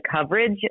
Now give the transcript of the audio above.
coverage